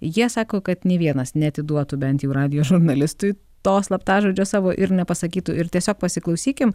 jie sako kad nė vienas neatiduotų bent jau radijo žurnalistui to slaptažodžio savo ir nepasakytų ir tiesiog pasiklausykim